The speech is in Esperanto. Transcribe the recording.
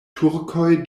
turkoj